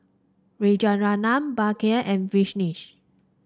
Rajaratnam Bhagat and Vishal